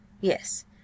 Yes